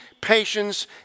patience